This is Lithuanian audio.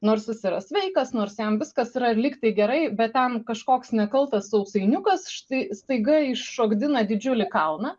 nors jis yra sveikas nors jam viskas yra lygtai gerai bet ten kažkoks nekaltas sausainiukas štai staiga iššokdina didžiulį kalną